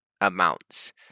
amounts